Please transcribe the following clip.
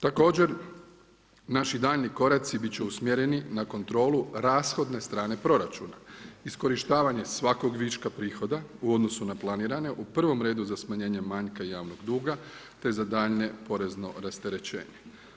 Također, naši daljnji koraci, biti će usmjereni na kontrolu rashodne strane proračuna, iskorištavanje svakog viška prihoda u odnosu na planirane u prvom redu za smanjenje manjka javnog duga, te za daljnje porezno rasterećenje.